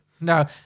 No